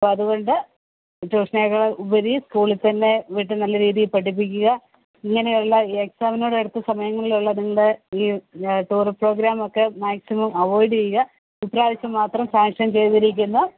അപ്പോൾ അതുകൊണ്ട് ട്യൂഷനേക്കാൾ ഉപരി സ്കൂളിൽ തന്നെ വീട്ടിൽ നല്ല രീതിയിൽ പഠിപ്പിക്കുക ഇങ്ങനെയുള്ള എക്സാമിനോടടുത്ത സമയങ്ങളിലുള്ള നിങ്ങളുടെ ഈ ടൂർ പ്രോഗ്രാം ഒക്കെ മാക്സിമം അവോയിട് ചെയ്യുക ഇപ്രാവിഷ്യം മാത്രം സാങ്ഷൻ ചെയ്തിരിക്കുന്നു